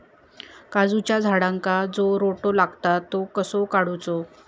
काजूच्या झाडांका जो रोटो लागता तो कसो काडुचो?